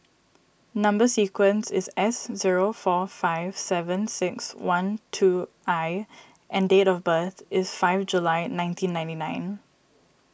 Number Sequence is S zero four five seven six one two I and date of birth is five July nineteen ninety nine